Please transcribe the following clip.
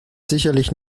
sicherlich